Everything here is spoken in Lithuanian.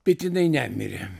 bet jinai nemirė